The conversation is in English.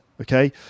okay